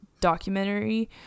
documentary